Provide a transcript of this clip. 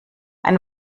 ein